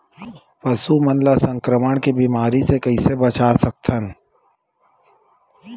पशु मन ला संक्रमण के बीमारी से कइसे बचा सकथन?